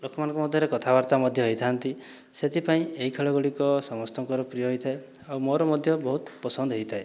ଲୋକମାନଙ୍କ ମଧ୍ୟରେ କଥାବାର୍ତ୍ତା ମଧ୍ୟ ହୋଇଥାନ୍ତି ସେଥିପାଇଁ ଏହି ଖେଳଗୁଡ଼ିକ ସମସ୍ତଙ୍କର ପ୍ରିୟ ହୋଇଥାଏ ଆଉ ମୋର ମଧ୍ୟ ବହୁତ ପସନ୍ଦ ହୋଇଥାଏ